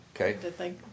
Okay